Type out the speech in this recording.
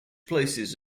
places